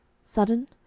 Sudden